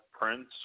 Prince